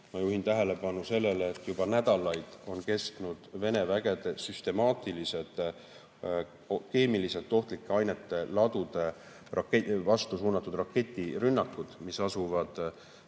Ma juhin tähelepanu sellele, et juba nädalaid on kestnud Vene vägede süstemaatilised keemiliselt ohtlike ainete ladude vastu suunatud raketirünnakud. Need